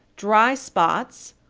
dry spots,